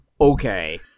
okay